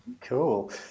cool